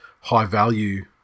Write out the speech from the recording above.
high-value